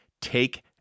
take